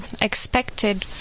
expected